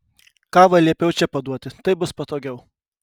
kavą liepiau čia paduoti taip bus patogiau